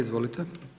Izvolite.